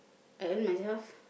I earn myself